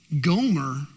Gomer